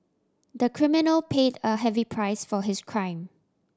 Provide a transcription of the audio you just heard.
the criminal paid a heavy price for his crime